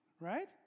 right